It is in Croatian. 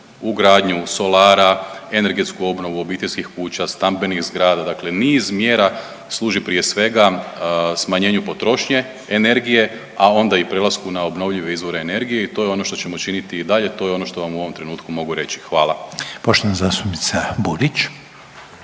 ugradnju solara, energetsku obnovu obiteljskih kuća, stambenih zgrada dakle niz mjera služi prije svega smanjenju potrošnje energije, a onda i prelasku na obnovljive izvore energije i to je ono što ćemo činiti i dalje, to je ono što vam u ovom trenutku mogu reći. Hvala. **Reiner, Željko